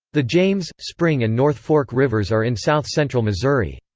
the james, spring and north fork rivers are in south central missouri.